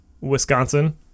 Wisconsin